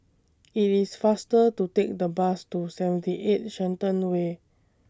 IT IS faster to Take The Bus to seventy eight Shenton Way